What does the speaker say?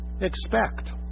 expect